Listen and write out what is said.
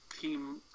team